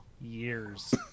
years